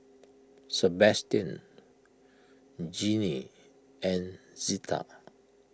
Sebastian Jeannie and Zeta